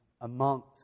amongst